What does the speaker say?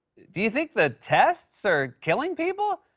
do you think the tests are killing people?